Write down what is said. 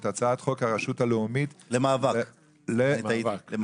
הצעת חוק הרשות הלאומית למאבק בעוני.